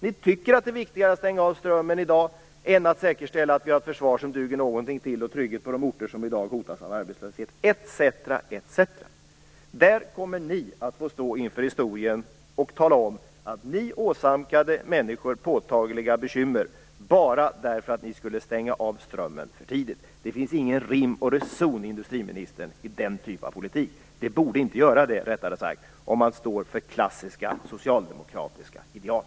Ni tycker att det är viktigare att stänga av strömmen i dag än att säkerställa att vi har ett försvar som duger någonting till och trygghet på de orter som hotas av arbetslöshet - etc. etc. Ni kommer att få stå där inför historien och tala om att ni åsamkade människor påtagliga bekymmer bara därför att ni skulle stänga av strömmen för tidigt. Det finns ingen rim och reson, industriministern, i den typen av politik. Det borde inte göra det, rättare sagt, om man står för klassiska socialdemokratiska ideal.